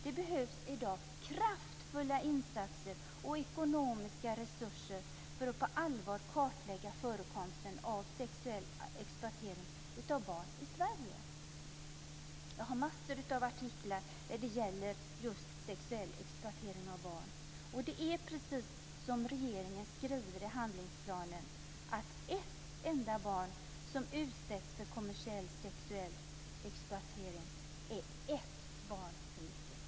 Det behövs i dag kraftfulla insatser och ekonomiska resurser för att man på allvar ska kunna kartlägga förekomsten av sexuell exploatering av barn i Sverige. Jag har massor av artiklar när det gäller just sexuell exploatering av barn, och det är precis som regeringen skriver i handlingsplanen: Ett enda barn som utsätts för kommersiell sexuell exploatering är ett barn för mycket. Tack, herr talman!